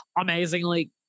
amazingly